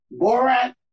Borat